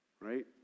right